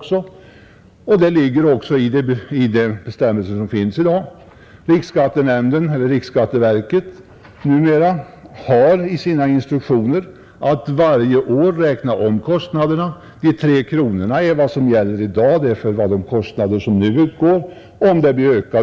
Detta innefattas redan i de bestämmelser som finns i dag, Riksskatteverket har, enligt sina instruktioner, att varje år räkna om kostnaderna. Beloppet 3 kronor är vad som gäller i dag till följd av de kostnader som nu finns. Om kostnaderna ökar —